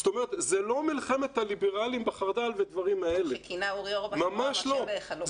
זו לא מלחמת הליברלים בחרד"ל ודברים כאלה, ממש לא.